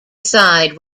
side